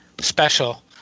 special